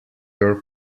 your